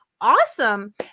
awesome